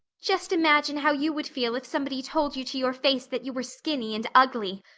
just imagine how you would feel if somebody told you to your face that you were skinny and ugly,